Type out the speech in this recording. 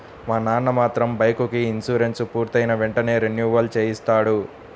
మా నాన్న మాత్రం బైకుకి ఇన్సూరెన్సు పూర్తయిన వెంటనే రెన్యువల్ చేయిస్తాడు